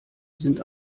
sind